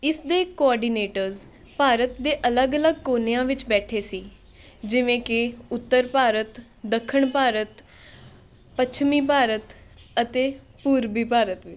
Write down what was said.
ਇਸ ਦੇ ਕੋਆਰਡੀਨੇਟਰਸ ਭਾਰਤ ਦੇ ਅਲੱਗ ਅਲੱਗ ਕੋਨਿਆਂ ਵਿੱਚ ਬੈਠੇ ਸੀ ਜਿਵੇਂ ਕਿ ਉੱਤਰ ਭਾਰਤ ਦੱਖਣ ਭਾਰਤ ਪੱਛਮੀ ਭਾਰਤ ਅਤੇ ਪੂਰਬੀ ਭਾਰਤ ਵਿੱਚ